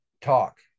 talk